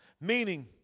Meaning